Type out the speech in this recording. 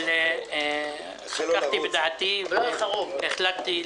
אבל לפי המצב הפוליטי כנראה שכל הסיעות עוברות,